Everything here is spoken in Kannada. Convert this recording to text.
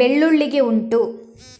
ಬೆಳ್ಳುಳ್ಳಿಗೆ ಉಂಟು